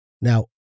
Now